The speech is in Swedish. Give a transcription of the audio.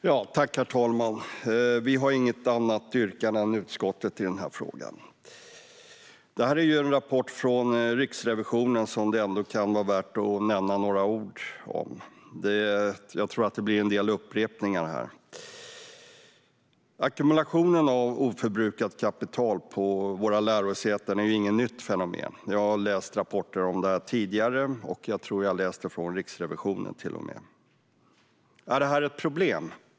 Herr talman! Vi har inget annat yrkande än utskottet i den här frågan, men rapporten från Riksrevisionen kan det vara värt att säga några ord om. Jag tror att det blir en del upprepningar. Ackumulationen av oförbrukat kapital på våra lärosäten är inget nytt fenomen. Jag har läst rapporter om detta tidigare - jag tror till och med att jag läst det från Riksrevisionen. Är det ett problem?